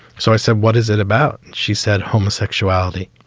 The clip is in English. so i said, what is it about? she said, homosexuality.